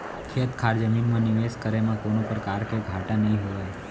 खेत खार जमीन म निवेस करे म कोनों परकार के घाटा नइ होवय